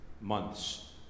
months